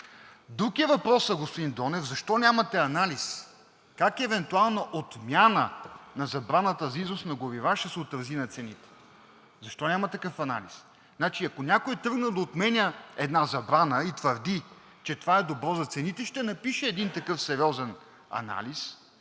Друг е въпросът, господин Донев, защо нямате анализ как евентуалната отмяна на забраната за износ на горива ще се отрази на цените. Защо няма такъв анализ? Значи, ако някой тръгне да отменя една забрана и твърди, че това е добро за цените, ще напише един такъв сериозен анализ,